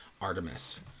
artemis